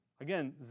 Again